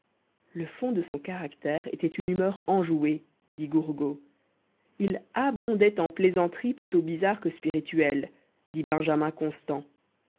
le fond de son caractère était une humeur enjouée dit gourgaud il abondait en plaisanteries plutôt bizarres que spirituelles dit benjamin constant